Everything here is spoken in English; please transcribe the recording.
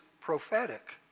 prophetic